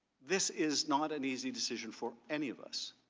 this is not an easy decision for any of us.